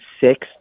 sixth